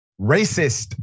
Racist